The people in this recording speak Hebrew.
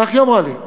כך היא אמרה לי,